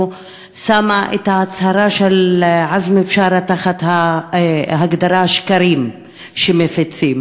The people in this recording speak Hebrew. שמה את ההצהרה של עזמי בשארה תחת ההגדרה "שקרים שמפיצים".